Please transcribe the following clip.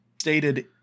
stated